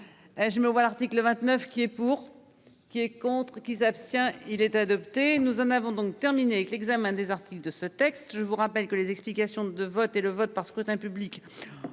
je me vois l'article 29 qui est pour. Qui est contre qui s'abstient il est adopté. Nous en avons donc terminer avec l'examen des articles de ce texte. Je vous rappelle que les explications de vote et le vote par scrutin public.